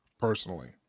personally